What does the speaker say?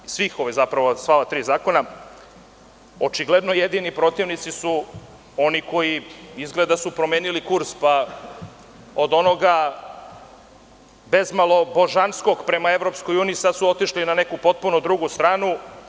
Što se tiče sva ova tri zakona, očigledno jedini protivnici su oni koji izgleda da su promenili kurs pa od onoga bez malo božanskog prema EU sada su otišli na neku potpuno drugu stranu.